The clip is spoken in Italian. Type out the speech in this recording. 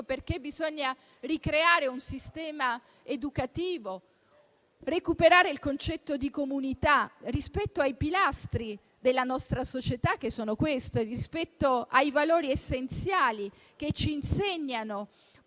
perché bisogna ricreare un sistema educativo, recuperare il concetto di comunità rispetto ai pilastri della nostra società, che sono questi. Penso al rispetto dei valori essenziali che ci insegnano